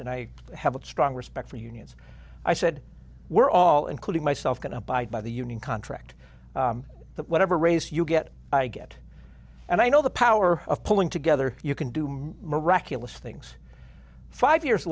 and i have a strong respect for unions i said we're all including myself going to abide by the union contract that whatever race you get i get and i know the power of pulling together you can do miraculous things five years